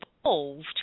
involved